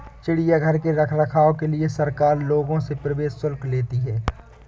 चिड़ियाघर के रख रखाव के लिए सरकार लोगों से प्रवेश शुल्क लेती है